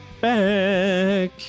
back